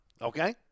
okay